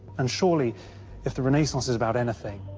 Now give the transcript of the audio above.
and surely if the renaissance is about anything,